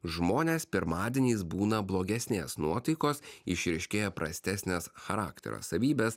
žmonės pirmadieniais būna blogesnės nuotaikos išryškėja prastesnės charakterio savybės